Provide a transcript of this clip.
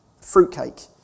fruitcake